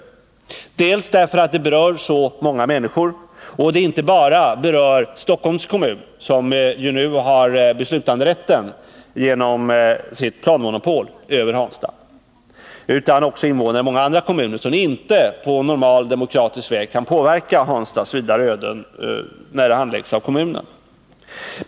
Regeringen bör göra det därför att det här berör många människor, inte bara människorna i Stockholms kommun som på grund av sitt planmonopol beträffande Hansta nu har beslutanderätten, utan också invånarna i många andra kommuner som inte på normal demokratisk väg kan påverka Hanstas vidare öden, då frågan handläggs av kommunen.